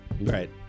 Right